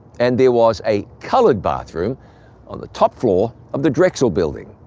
and there was a colored bathroom on the top floor of the drexel building.